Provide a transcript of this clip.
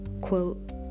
Quote